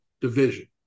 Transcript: division